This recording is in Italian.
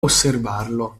osservarlo